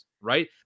right